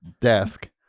desk